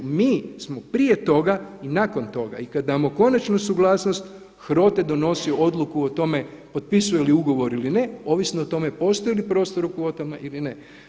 Mi smo prije toga i nakon toga i kad damo konačnu suglasnost HROT donosi odluku o tome potpisuju li ugovor ili ne ovisno o tome postoji li prostor u kvotama ili ne.